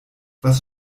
was